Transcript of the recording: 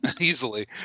Easily